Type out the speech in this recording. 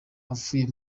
avuye